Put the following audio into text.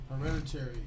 Hereditary